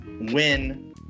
win